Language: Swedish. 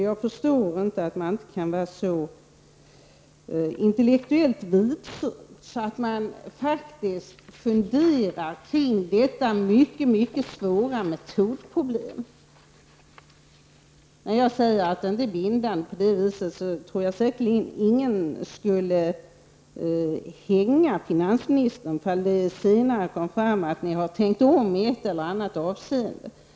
Jag förstår inte att man inte kan vara så intellektuellt vidsynt att man funderar kring detta mycket svåra metodproblem. När jag säger att synpunkterna inte är bindande menar jag att ingen skulle hänga finansministern om det senare kom fram att regeringen har tänkt om i ett eller annat avseende.